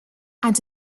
and